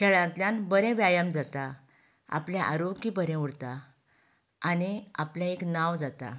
खेळांतल्यान बरें व्यायाम जाता आपलें आरोग्य बरें उरता आनी आपलें एक नांव जाता